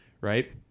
Right